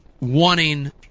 wanting